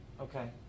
okay